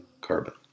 carbon